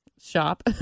Shop